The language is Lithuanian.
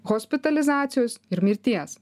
hospitalizacijos ir mirties